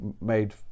made